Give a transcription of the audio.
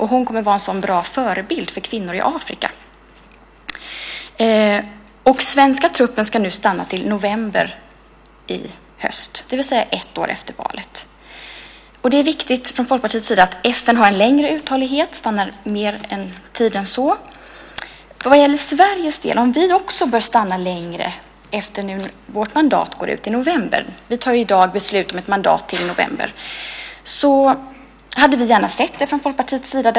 Hon kommer att vara en så bra förebild för kvinnor i Afrika. Svenska truppen ska stanna till november i höst, det vill säga ett år efter valet. Det är viktigt från Folkpartiets sida att FN har en längre uthållighet och stannar längre tid än så. Vad gäller Sveriges del, om vi också bör stanna längre efter att vårt mandat går ut i november - vi tar i dag beslut om ett mandat till november - så hade vi gärna sett det från Folkpartiets sida.